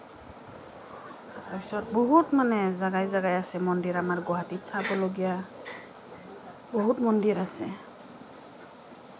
তাৰপিছত বহুত মানে জাগাই জাগাই আছে মন্দিৰ আমাৰ গুৱাহাটীত চাবলগীয়া বহুত মন্দিৰ আছে